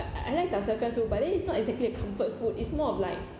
I I like tau sa piah too but then it's not exactly a comfort food it's more of like